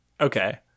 okay